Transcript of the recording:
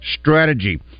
strategy